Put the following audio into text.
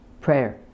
prayer